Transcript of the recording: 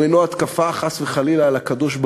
הוא אינו התקפה, חס וחלילה, על הקדוש-ברוך-הוא.